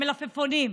ומהמלפפונים.